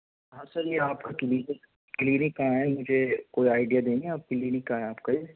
ہاں سر یہ آپ کا کلینک کلینک کہاں ہے مجھے کوئی آئڈیا دیں گے آپ کلینک کہاں ہے آپ کا یہ